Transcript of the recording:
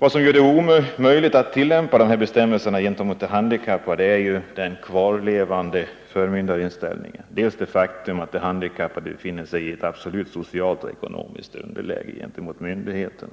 Vad som gör det möjligt att tillämpa sådana bestämmelser gentemot de handikappade är dels den kvarlevande förmyndarinställningen, dels det faktum att de handikappade befinner sig i ett absolut socialt och ekonomiskt underläge gentemot myndigheten.